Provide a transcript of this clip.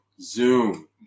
Zoom